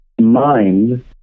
mind